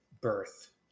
birth